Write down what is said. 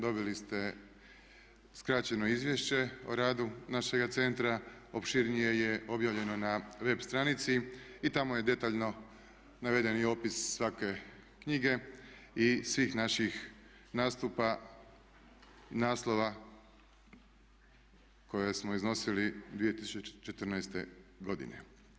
Dobili ste skraćeno izvješće o radu našega centra, opširnije je objavljeno na web stranici i tamo je detaljno naveden i opis svake knjige i svih naših nastupa i naslova koje smo iznosili 2014.godine.